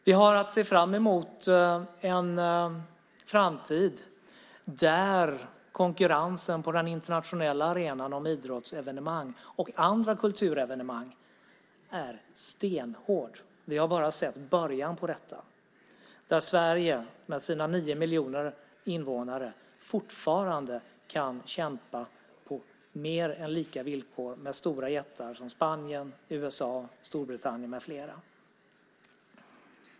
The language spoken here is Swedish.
Vi har att se fram emot en framtid där konkurrensen på den internationella arenan om idrottsevenemang och andra kulturevenemang är stenhård. Vi har bara sett början på detta. Sverige kan med sina nio miljoner invånare fortfarande kämpa på mer än lika villkor med stora jättar som Spanien, USA, Storbritannien med flera.